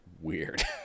weird